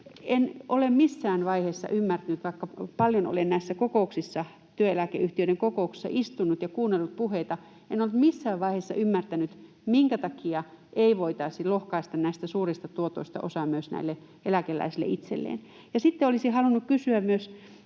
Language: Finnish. eläkevarantoja heille kertynyt. Vaikka paljon olen työeläkeyhtiöiden kokouksissa istunut ja kuunnellut puheita, en ole missään vaiheessa ymmärtänyt, minkä takia ei voitaisi lohkaista näistä suurista tuotoista osaa myös näille eläkeläisille itselleen. Sitten olisin myös halunnut kysyä